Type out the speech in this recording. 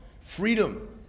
freedom